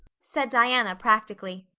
said diana practically.